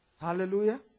Hallelujah